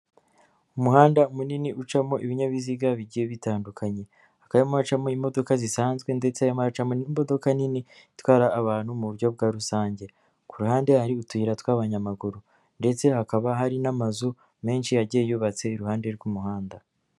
Umuhanda munini ucamo ibinyabiziga bigiye bitandukanye hakaba harimo hacamo imodoka zisanzwe ndetse hari hacamo n'imodoka nini itwara abantu mu buryo bwa rusange, ku ruhande hari utuyira tw'abanyamaguru ndetse hakaba hari n'amazu menshi agiye yubatse iruhande rw'umuhanda.